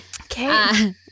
Okay